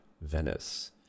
Venice